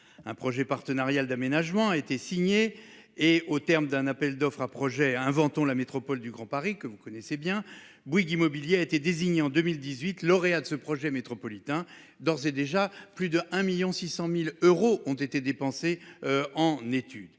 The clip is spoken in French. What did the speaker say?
Un projet partenarial d'aménagement a été signé et au terme d'un appel d'offres à projets inventons la métropole du Grand Paris que vous connaissez bien Bouygues Immobilier a été désigné en 2018 lauréat de ce projet métropolitain. D'ores et déjà plus d'1.600.000 euros ont été dépensés. En études.